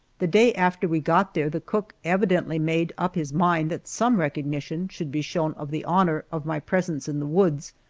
the day after we got there the cook evidently made up his mind that some recognition should be shown of the honor of my presence in the woods,